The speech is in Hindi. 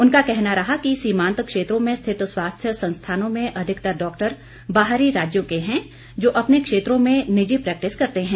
उनका कहना रहा कि सीमांत क्षेत्रों में स्थित स्वास्थ्य संस्थानों में अधिकतर डाक्टर बाहरी राज्यों के हैं जो अपने क्षेत्रों में निजी प्रेक्टिस करते हैं